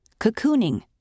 Cocooning